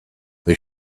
they